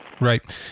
Right